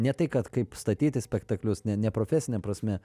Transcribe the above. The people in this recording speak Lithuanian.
ne tai kad kaip statyti spektaklius ne ne profesine prasme